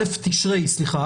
א' תשרי, סליחה.